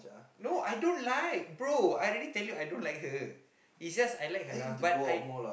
no I don't like bro I already tell you I don't like her it's just I like her laugh but like